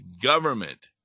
government